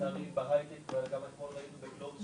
לצערי בהייטק וגם אתמול ראינו בגלובס